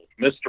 Mr